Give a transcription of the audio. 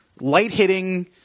light-hitting